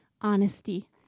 honesty